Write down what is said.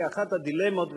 כי אחת הדילמות,